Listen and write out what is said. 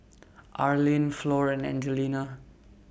Arlene Flor and Angelina